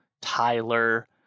Tyler